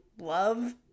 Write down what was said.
love